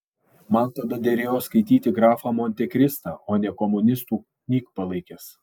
man tada derėjo skaityti grafą montekristą o ne komunistų knygpalaikes